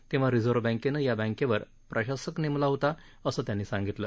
तेव्हा रिझर्व्ह बँकेनं या बँकेवर प्रशासक नेमला होता असं त्यांनी सांगितलं